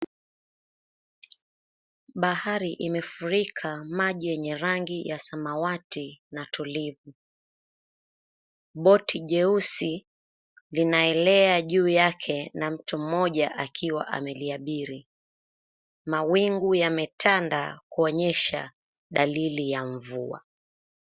Bahari imefurika maji yenye rangi ya samawati na tulivu. Boti jeusi linaelea ju yake na mtu mmoja akiwa ameliabiri. Mawingu yametanda kuonyesha dalili ya mvua.